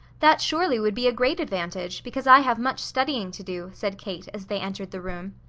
that surely would be a great advantage, because i have much studying to do, said kate as they entered the room.